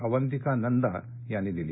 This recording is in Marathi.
अवंतिका नंदा यांनी दिली